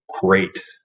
great